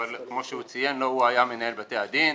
אבל כמו שהוא ציין הוא היה מנהל בתי הדין.